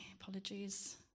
apologies